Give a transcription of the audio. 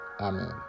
amen